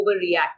overreact